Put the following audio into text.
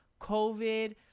covid